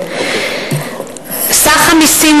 אני מודה לך, אדוני היושב-ראש.